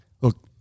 look